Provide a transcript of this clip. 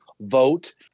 vote